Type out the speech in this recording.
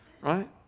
right